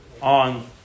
on